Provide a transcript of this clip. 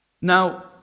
Now